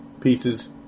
pieces